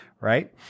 right